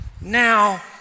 Now